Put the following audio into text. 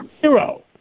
zero